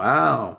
Wow